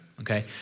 okay